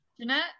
Jeanette